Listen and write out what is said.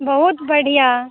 बहुत बढ़िऑं